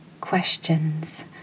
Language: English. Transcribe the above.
questions